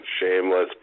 Shameless